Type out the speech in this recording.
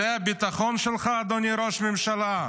זה הביטחון שלך, אדוני ראש הממשלה?